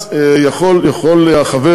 אז יכול חבר